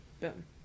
Boom